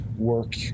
work